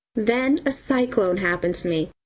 then a cyclone happened to me.